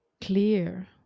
clear